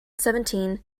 seventeen